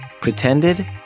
pretended